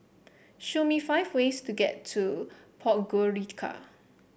show me five ways to get to Podgorica